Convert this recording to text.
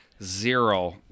Zero